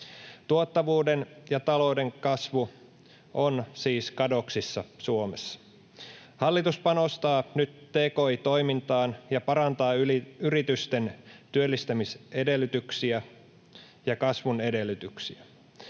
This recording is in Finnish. Tuottavuuden ja talouden kasvu on siis kadoksissa Suomessa. Hallitus panostaa nyt tki-toimintaan ja parantaa yritysten työllistämisedellytyksiä ja kasvun edellytyksiä.